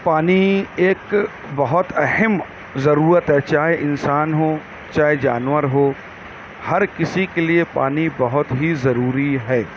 پانی ایک بہت اہم ضرورت ہے چاہے انسان ہو چاہے جانور ہو ہر کسی کے لیے پانی بہت ہی ضروری ہے